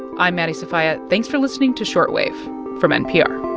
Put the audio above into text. i'm maddie sofia. thanks for listening to short wave from npr